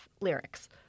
lyrics